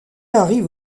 arrive